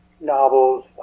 novels